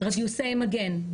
רדיוסי מגן,